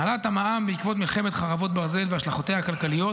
העלאת המע"מ בעקבות מלחמת חרבות ברזל והשלכותיה הכלכליות